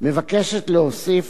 מבקשת להוסיף